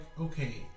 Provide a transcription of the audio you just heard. okay